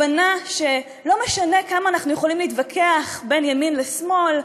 הבנה שלא משנה כמה אנחנו יכולים להתווכח בין ימין לשמאל,